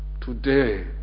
today